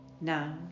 Now